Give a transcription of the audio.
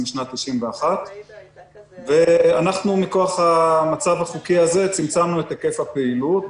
משנת 1991. מכוח המצב החוקי הזה צמצמנו את היקף הפעילות,